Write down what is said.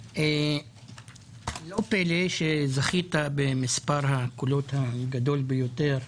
לא פלא שזכית במספר הקולות הגדול ביותר.